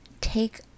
Take